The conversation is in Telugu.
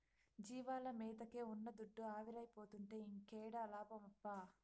జీవాల మేతకే ఉన్న దుడ్డు ఆవిరైపోతుంటే ఇంకేడ లాభమప్పా